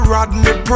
Rodney